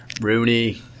Rooney